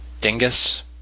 Dingus